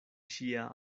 ŝia